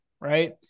right